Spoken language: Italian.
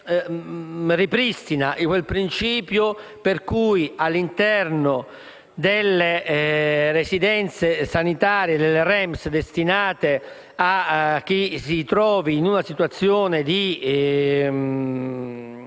ripristina quel principio per cui all'interno delle residenze sanitarie, le REMS, destinate a chi si trova in una situazione di